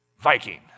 Viking